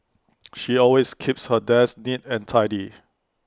she always keeps her desk neat and tidy